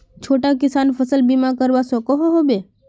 छोटो किसान फसल बीमा करवा सकोहो होबे?